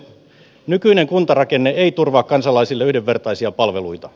nykyinen kuntarakenne ei turvaa kansalaisille yhdenvertaisia palveluita